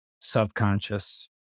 subconscious